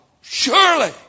Surely